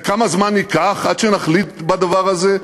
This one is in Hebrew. וכמה זמן ייקח עד שנחליט בדבר הזה?